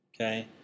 okay